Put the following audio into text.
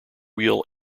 wheel